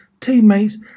teammates